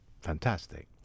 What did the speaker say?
fantastic